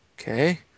Okay